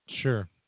Sure